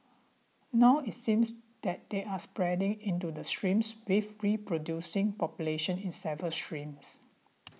now it seems that they're spreading into the streams with reproducing populations in several streams